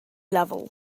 level